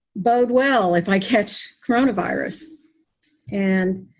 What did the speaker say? bode well if i catch coronavirus and.